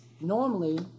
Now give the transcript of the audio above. Normally